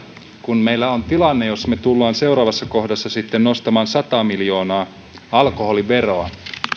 kun meillä on tilanne jossa me tulemme seuraavassa kohdassa sitten nostamaan alkoholiveroa sata miljoonaa niin se